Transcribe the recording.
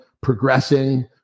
progressing